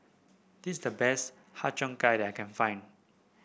this is the best Har Cheong Gai that I can find